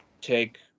take